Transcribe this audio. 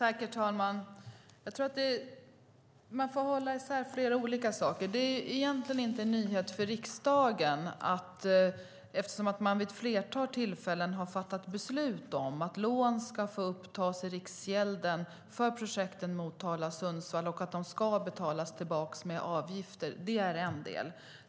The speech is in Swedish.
Herr talman! Man får hålla isär flera olika saker här. Det är egentligen inte en nyhet för riksdagen, eftersom man vid ett flertal tillfällen har fattat beslut om detta, att lån får upptas i Riksgälden för projekten Motala och Sundsvall och att de ska betalas tillbaka med avgifter. Det är en del.